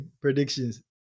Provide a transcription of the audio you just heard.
predictions